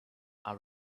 our